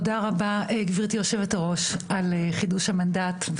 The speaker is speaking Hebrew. תודה רבה גבירתי יושבת הראש על חידוש המנדט,